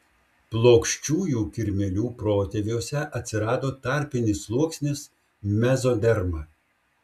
plokščiųjų kirmėlių protėviuose atsirado tarpinis sluoksnis mezoderma